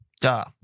Duh